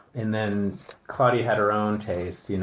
and then claudia had her own taste. you know